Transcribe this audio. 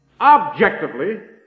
objectively